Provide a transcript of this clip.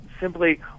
Simply